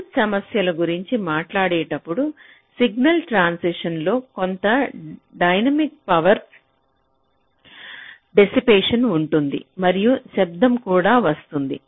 విద్యుత్ సమస్యల గురించి మాట్లాడేటప్పుడు సిగ్నల్ ట్రాన్సిషన్ లో కొంత డైనమిక్ పవర్ డెసిపేషన్ ఉంటుంది మరియు శబ్దం కూడా వస్తుంది